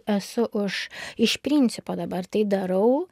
esu už iš principo dabar tai darau